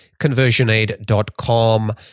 conversionaid.com